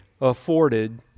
afforded